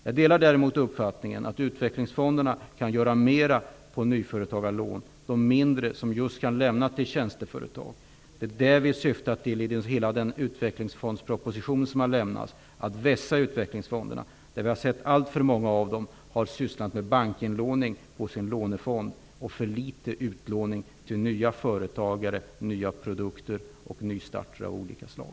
Jag delar däremot uppfattningen att utvecklingsfonderna kan göra mer när det gäller mindre nyföretagarlån till tjänsteföretag. Det är detta vi syftar till i den utvecklingsfondsproposition som har lämnats. Vi vill vässa utvecklingsfonderna. Vi har sett att alltför många av dem har sysslat med bankinlåning på sin lånefond. De har alltför litet sysslat med utlåning till nya företagare, nya produkter och nystarter av olika slag.